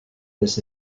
this